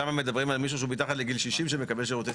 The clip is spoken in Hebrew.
שם מדברים על מישהו שהוא מתחת לגיל 60 שמקבל שירותי סיעוד.